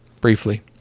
Briefly